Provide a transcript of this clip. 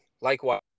Likewise